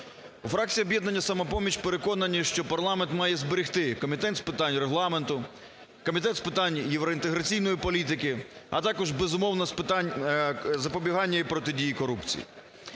Фракція "Об'єднання "Самопоміч" переконані, що парламент має зберегти Комітет з питань Регламенту, Комітет з питань євроінтеграційної політики. А також, безумовно, з питань запобігання і протидії корупції.